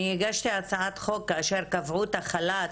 אני הגשתי הצעת חוק כאשר קבעו את החל"ת,